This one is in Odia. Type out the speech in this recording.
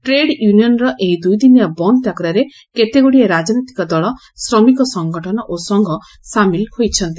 ଟ୍ରେଡ୍ ୟୁନିୟନ୍ର ଏହି ଦୂଇଦିନିଆ ବନ୍ଦ ଡାକରାରେ କେତେଗୁଡ଼ିଏ ରାଜନୈତିକ ଦଳ ଶ୍ରମିକ ସଂଗଠନ ଓ ସଂଘ ସାମିଲ ହୋଇଛନ୍ତି